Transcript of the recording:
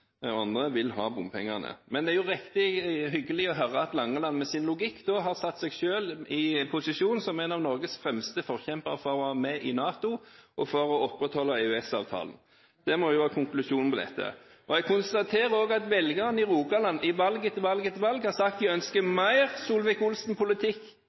andre vil ha bompengene. Men det er riktig hyggelig å høre at Langeland med sin logikk har satt seg selv i posisjonen som en av Norges fremste forkjempere for å være med i NATO og for å opprettholde EØS-avtalen. . Det må jo være konklusjonen på dette. Jeg konstaterer også at velgerne i Rogaland i valg etter valg har sagt at de ønsker